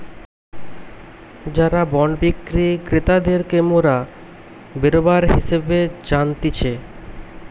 যারা বন্ড বিক্রি ক্রেতাদেরকে মোরা বেরোবার হিসেবে জানতিছে